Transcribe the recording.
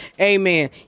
Amen